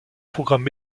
programme